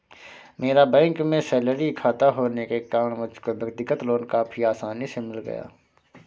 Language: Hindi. मेरा बैंक में सैलरी खाता होने के कारण मुझको व्यक्तिगत लोन काफी आसानी से मिल गया